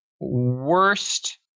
worst